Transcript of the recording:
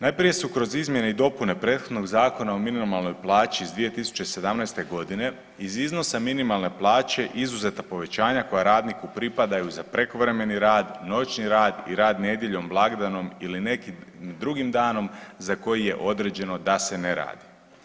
Najprije su kroz izmjene i dopune prethodnog Zakona o minimalnoj plaći iz 2017.g. iz iznosa minimalne plaće izuzeta povećanja koja radniku pripadaju za prekovremeni rad, noćni rad i rad nedjeljom, blagdanom ili nekim drugim danom za koji je određeno da se ne radi.